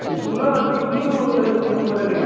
কিছুগুলো কিছু কিছু শুরু করে রেখেছি